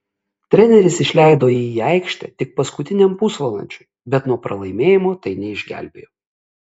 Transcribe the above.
treneris išleido jį į aikštę tik paskutiniam pusvalandžiui bet nuo pralaimėjimo tai neišgelbėjo